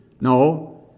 No